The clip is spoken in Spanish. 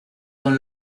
don